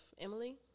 Emily